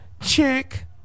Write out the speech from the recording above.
check